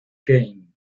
kane